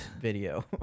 video